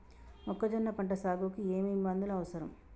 మొక్కజొన్న పంట సాగుకు ఏమేమి మందులు అవసరం?